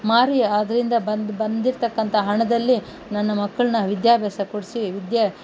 ಮಾರಿ ಅದರಿಂದ ಬಂದ ಬಂದಿರತಕ್ಕಂತ ಹಣದಲ್ಲಿ ನನ್ನ ಮಕ್ಕಳನ್ನ ವಿದ್ಯಾಭ್ಯಾಸ ಕೊಡಿಸಿ ವಿದ್ಯೆ